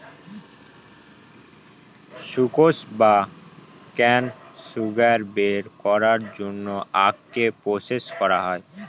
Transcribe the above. sucrose বা cane sugar বের করার জন্য আখকে প্রসেস করা হয়